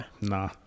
Nah